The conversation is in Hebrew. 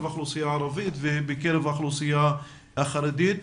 האוכלוסייה הערבית ובקרב האוכלוסייה החרדית,